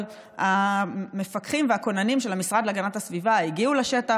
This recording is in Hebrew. אבל המפקחים והכוננים של המשרד להגנת הסביבה הגיעו לשטח,